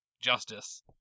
justice